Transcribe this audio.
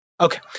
Okay